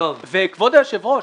וכבוד היושב ראש,